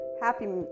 happy